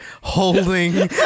holding